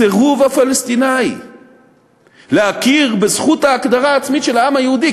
הסירוב הפלסטיני להכיר בזכות ההגדרה העצמית של העם היהודי,